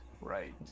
right